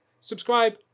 Subscribe